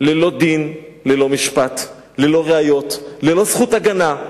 ללא דין, ללא משפט, ללא ראיות וללא זכות הגנה.